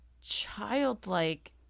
childlike